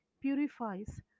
purifies